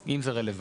בוודאי.